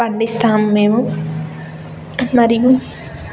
పండిస్తాము మేము మరియు